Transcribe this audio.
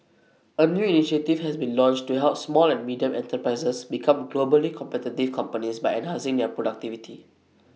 A new initiative has been launched to help small and medium enterprises become globally competitive companies by enhancing their productivity